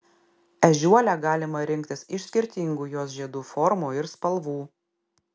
ežiuolę galima rinktis iš skirtingų jos žiedų formų ir spalvų